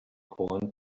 corn